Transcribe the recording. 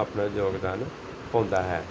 ਆਪਣਾ ਯੋਗਦਾਨ ਪਾਉਂਦਾ ਹੈ